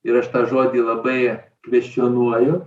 ir aš tą žodį labai kveščionuoju